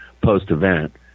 post-event